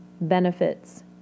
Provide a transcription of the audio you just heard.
benefits